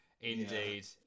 Indeed